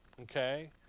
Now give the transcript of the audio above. Okay